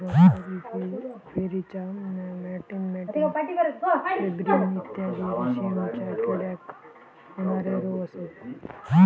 grasserie flacherie मॅटिन मॅटिन pebrine इत्यादी रेशीमच्या किड्याक होणारे रोग असत